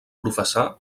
professà